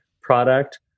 product